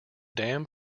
dam